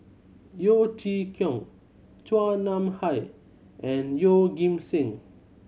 Yeo Chee Kiong Chua Nam Hai and Yeoh Ghim Seng